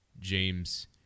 James